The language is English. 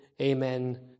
amen